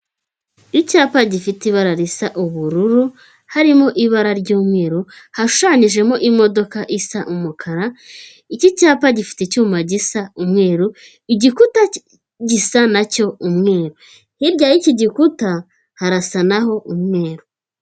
Icyapa gifite ibara risa ubururu, harimo ibara ry'umweru, hashushanyijemo imodoka isa umukara. Iki cyapa gifite icyuma gisa umweru igikuta gisa na cyo umweru hirya y'iki gikuta harasa naho umweru.